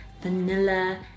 vanilla